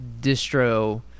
distro